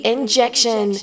Injection